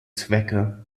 zwecke